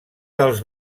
dels